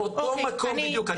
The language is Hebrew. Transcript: באותו מקום בדיוק.